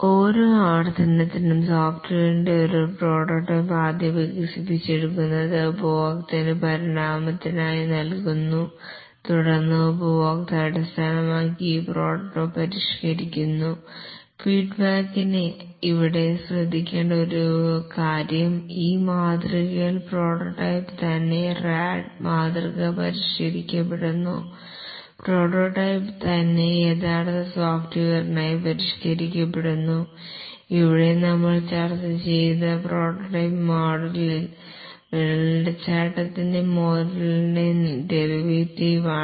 ഓരോ ആവർത്തനത്തിലും സോഫ്റ്റ്വെയറിന്റെ ഒരു പ്രോട്ടോടൈപ്പ് ആദ്യം വികസിപ്പിച്ചെടുക്കുന്നത് ഉപഭോക്താവിന് പരിണാമത്തിനായി നൽകുന്നു തുടർന്ന് ഉപഭോക്തൃഅടിസ്ഥാനമാക്കി ഈ പ്രോട്ടോടൈപ്പ് പരിഷ്കരിക്കുന്നു ഫീഡ്ബാക്കിനെ ഇവിടെ ശ്രദ്ധിക്കേണ്ട ഒരു കാര്യം ഈ മാതൃകയിൽ പ്രോട്ടോടൈപ്പ് തന്നെ റാഡ് മാതൃക പരിഷ്കരിക്കപ്പെടുന്നു പ്രോട്ടോടൈപ്പ് തന്നെ യഥാർത്ഥ സോഫ്റ്റ്വെയറായി പരിഷ്കരിക്കപ്പെടുന്നു ഇവിടെ നമ്മൾ ചർച്ച ചെയ്ത പ്രോട്ടോടൈപ്പിംഗ് മോഡലിൽ വെള്ളച്ചാട്ടത്തിന്റെ മോഡലിന്റെ ഡെറിവേറ്റീവ് ആണ്